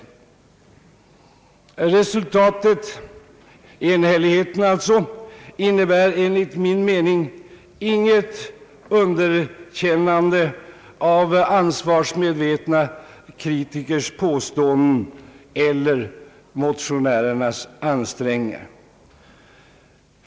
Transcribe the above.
Resultatet — således enigheten — innebär enligt min mening inget underkännande av ansvarsmedvetna kritikers påståenden eller motionärernas ansträngningar.